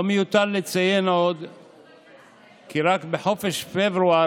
לא מיותר לציין עוד כי רק בחודש פברואר